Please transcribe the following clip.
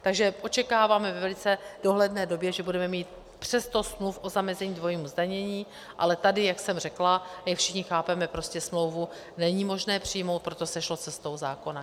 Takže očekáváme ve velice dohledné době, že budeme mít přes sto smluv o zamezení dvojímu zdanění, ale tady, jak jsem řekla a jak všichni chápeme, prostě smlouvu není možné přijmout, proto se šlo cestou zákona.